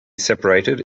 separated